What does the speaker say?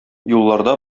юлларда